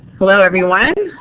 hello, everyone,